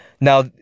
Now